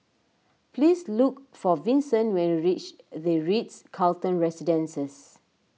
please look for Vinson when you reach the Ritz Carlton Residences